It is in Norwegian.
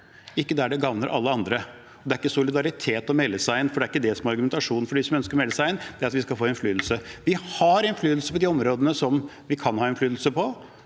ikke der det gagner alle andre. Det er ikke solidaritet å melde seg inn, for det er ikke det som er argumentasjonen fra dem som ønsker å melde seg inn. Det er for at vi skal få innflytelse. Vi har innflytelse på de områdene som vi kan ha innflytelse på.